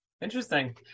Interesting